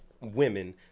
women